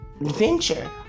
adventure